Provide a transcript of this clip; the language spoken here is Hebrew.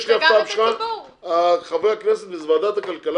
יש לי הפתעה בשבילך יושב-ראש ועדת הכלכלה